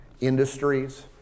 industries